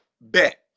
Bet